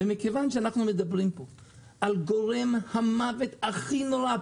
מכיוון שאנחנו מדברים על גורם המוות הכי נורא,